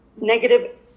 negative